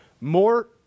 more